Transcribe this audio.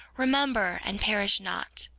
remember, and perish not.